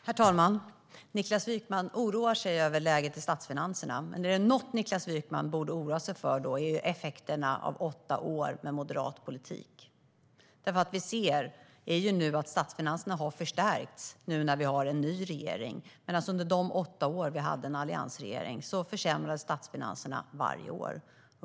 Herr talman! Niklas Wykman oroar sig över läget i statsfinanserna. Men är det något Niklas Wykman borde oroa sig för är det effekterna av åtta år med moderat politik. Det vi ser är att statsfinanserna har förstärkts nu när vi har en ny regering, medan de under de åtta åren med alliansregeringen försämrades varje år.